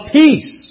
peace